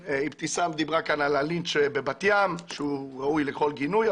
אבתיסאם דיברה כאן על הלינץ' בבת ים שהוא ראוי לכל גינוי,